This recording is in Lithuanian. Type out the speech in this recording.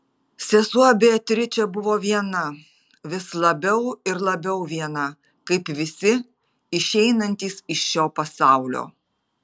sesuo beatričė buvo viena vis labiau ir labiau viena kaip visi išeinantys iš šio pasaulio